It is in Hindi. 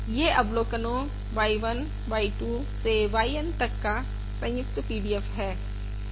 यह अवलोकनो y 1 y 2 से yN तक का संयुक्त PDF है